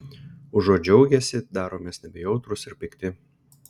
užuot džiaugęsi daromės nebejautrūs ir pikti